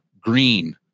green